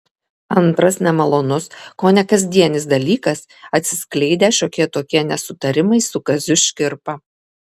antras nemalonus kone kasdienis dalykas atsiskleidę šiokie tokie nesutarimai su kaziu škirpa